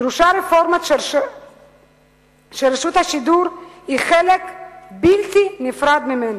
דרושה רפורמה שרשות השידור היא חלק בלתי נפרד ממנה.